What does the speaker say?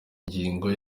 ingingo